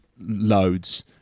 loads